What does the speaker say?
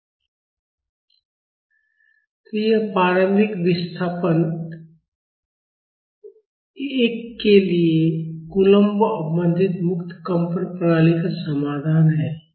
तो यह प्रारंभिक विस्थापन 1 के लिए कूलम्ब अवमंदित मुक्त कंपन प्रणाली का समाधान है